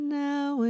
now